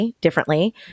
differently